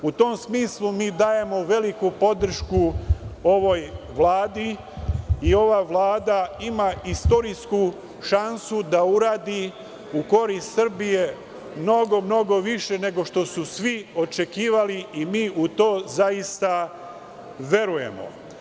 U tom smislu mi dajemo veliku podršku ovoj vladi i ova vlada ima istorijsku šansu da uradi u korist Srbije mnogo, mnogo više nego što su svi očekivali i mi u to zaista verujemo.